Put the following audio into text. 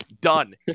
done